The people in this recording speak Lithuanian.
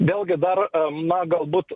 vėlgi dar na galbūt